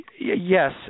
Yes